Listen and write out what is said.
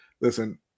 listen